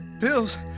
pills